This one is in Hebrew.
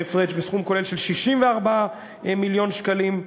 בסכום כולל של 64 מיליון שקלים,